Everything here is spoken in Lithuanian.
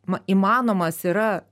ma įmanomas yra